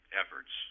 efforts